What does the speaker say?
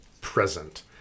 present